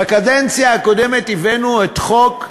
בקדנציה הקודמת הבאנו את חוק הצ'יינג'ים,